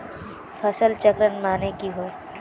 फसल चक्रण माने की होय?